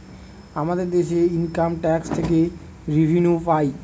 আমাদের দেশে income tax থেকে রেভিনিউ পাই